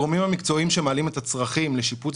הגורמים המקצועיים שמעלים את הצרכים לשיפוץ